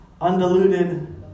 undiluted